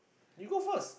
you go first